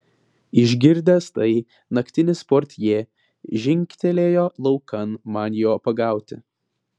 išgirdęs tai naktinis portjė žingtelėjo laukan man jo pagauti